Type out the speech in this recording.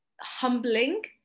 humbling